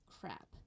crap